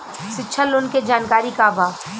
शिक्षा लोन के जानकारी का बा?